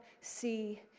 see